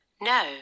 No